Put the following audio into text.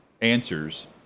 answers